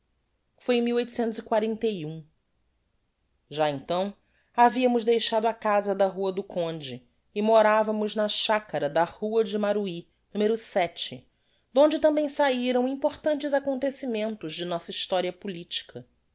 propuz foi já então haviamos deixado a casa da rua do conde e moravamos na chacara da rua de maruhy nos donde tambem sahiram importantes acontecimentos de nossa historia politica